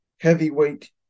Heavyweight